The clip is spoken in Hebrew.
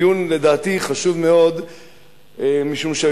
לדעתי דיון חשוב מאוד,